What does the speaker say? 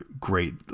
great